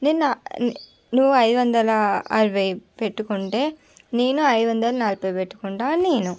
నేను నువ్వు ఐదు వందల అరవై పెట్టుకుంటే నేను ఐదు వందల నలబై పెట్టుకుంటాను అని నేను